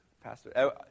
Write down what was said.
Pastor